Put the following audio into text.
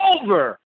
over